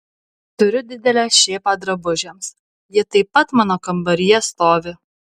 turiu didelę šėpą drabužiams ji taip pat mano kambaryje stovi